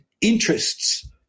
interests